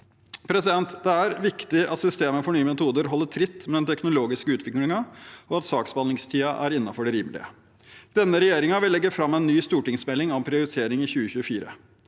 metoder. Det er viktig at systemet for nye metoder holder tritt med den teknologiske utviklingen, og at saksbehandlingstiden er innenfor det som er rimelig. Denne regjeringen vil legge fram en ny stortingsmelding om prioritering i 2024.